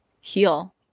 heal